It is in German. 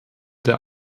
der